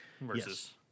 versus